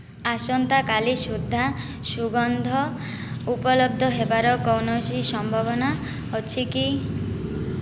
ଆସନ୍ତାକାଲି ସୁଦ୍ଧା ସୁଗନ୍ଧ ଉପଲବ୍ଧ ହେବାର କୌଣସି ସମ୍ଭାବନା ଅଛି କି